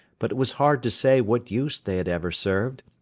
but it was hard to say what use they had ever served,